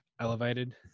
elevated